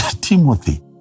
Timothy